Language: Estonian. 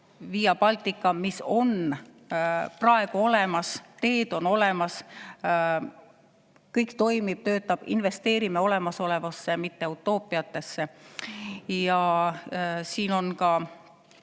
Via Baltica on praegu olemas, teed on olemas, kõik toimib, töötab – investeerime olemasolevasse, mitte utoopiatesse. Siin on